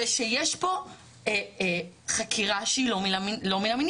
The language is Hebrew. הרי שיש פה חקירה שהיא לא מן המניין.